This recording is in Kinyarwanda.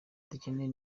dukeneye